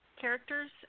characters